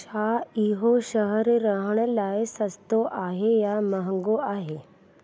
छा इहो शहरु रहण लाइ सस्तो आहे या महांगो आहे